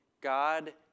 God